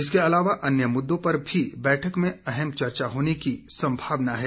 इसके अलावा अन्य मुद्दों पर भी बैठक में चर्चा होने की संभावना है